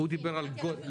אני דיברתי על הפריון.